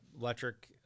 electric